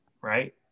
right